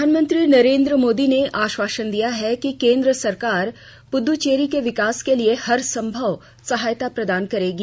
प्रधानमंत्री नरेंद्र मोदी ने आश्वासन दिया है कि केंद्र सरकार पुद्दच्चेरी के विकास के लिए हरसंभव सहायता प्रदान करेगी